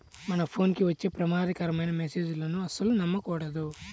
మన ఫోన్ కి వచ్చే ప్రమాదకరమైన మెస్సేజులను అస్సలు నమ్మకూడదు